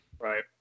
Right